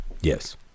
Yes